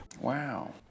Wow